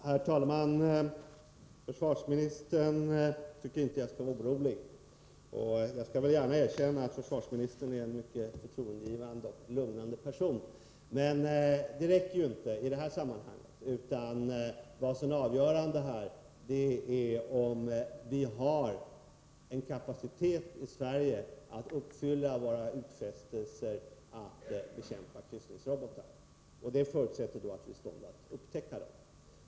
Herr talman! Försvarsministern tycker inte att jag skall vara orolig, och jag skall gärna erkänna att försvarsministern är en mycket förtroendeingivande och lugnande person. Men det räcker inte i det här sammanhanget, utan vad som är avgörande här är om vi har en kapacitet i Sverige att uppfylla våra utfästelser att bekämpa kryssningsrobotar. Det förutsätter då att vi är i stånd att upptäcka dem.